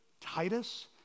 Titus